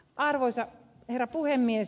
arvoisa herra puhemies